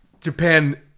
Japan